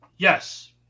Yes